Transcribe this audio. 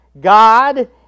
God